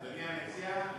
אדוני המציע,